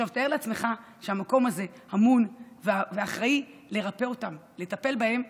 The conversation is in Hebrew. תאר לעצמך שהמקום הזה אמון ואחראי לרפא אותן ולטפל בהן,